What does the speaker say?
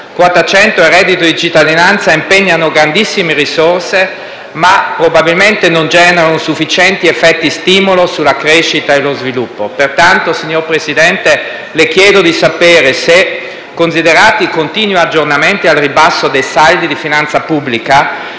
Quota 100 e reddito di cittadinanza impegnano grandissime risorse, ma probabilmente non generano sufficienti effetti stimolo sulla crescita e lo sviluppo. Pertanto, signor Presidente del Consiglio, le chiedo di sapere se, considerati i continui aggiornamenti al ribasso dei saldi di finanza pubblica,